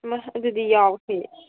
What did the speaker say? ꯏꯃꯥ ꯑꯗꯨꯗꯤ ꯌꯥꯎꯁꯦ